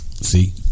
See